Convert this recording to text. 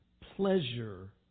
pleasure